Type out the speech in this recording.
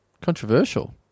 Controversial